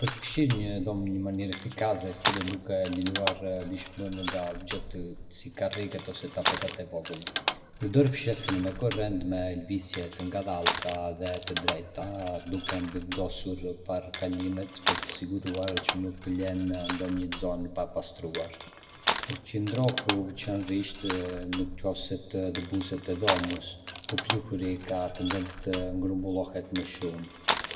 Për të fshirë një dhomë në mënyrë efikase, fillo duke liruar dyshemenë nga objektet si karriget ose tapetat e vegjël. Përdor fshesën me korrent me lëvizje të ngadalta dhe të drejta, duke mbivendosur pak kalimet për t'u siguruar që nuk ke lënë ndonjë zonë pa pastruar. Përqendrohu veçanërisht në qoshet dhe buzët e dhomës, ku pluhuri ka tendencë të grumbullohet më shumë.